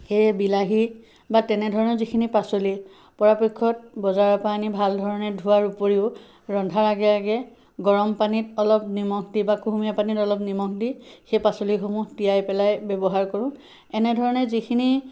সেয়ে বিলাহী বা তেনেধৰণৰ যিখিনি পাচলি পৰাপক্ষত বজাৰৰপৰা আনি ভালধৰণে ধোৱাৰ উপৰিও ৰন্ধাৰ আগে আগে গৰম পানীত অলপ নিমখ দি বা কুহুমীয়া পানীত অলপ নিমখ দি সেই পাচলিসমূহ তিয়াই পেলাই ব্যৱহাৰ কৰোঁ এনেধৰণৰ যিখিনি